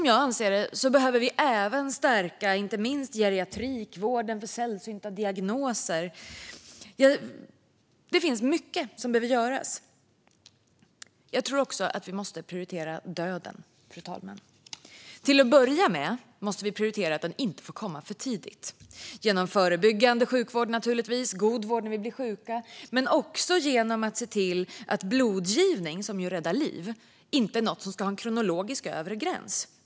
Jag anser att vi även behöver stärka inte minst geriatrik och vården för sällsynta diagnoser. Det finns mycket som behöver göras. Fru talman! Jag tror också att vi behöver prioritera döden. Till att börja med måste vi prioritera att den inte får komma för tidigt. Det görs naturligtvis genom förebyggande sjukvård och god vård när vi blir sjuka men också genom att se till att blodgivning, som räddar liv, inte har en kronologisk övre gräns.